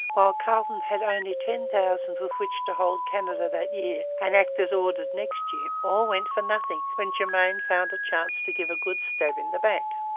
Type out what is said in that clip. while carleton had only ten thousand with which to hold canada that year and act as ordered next year, all went for nothing when germain found a chance to give a good stab in the back.